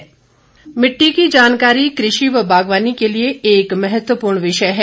मुदा कार्ड मिट्टी की जानकारी कृषि व बागवानी के लिए एक महत्वपूर्ण विषय है